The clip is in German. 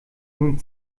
nun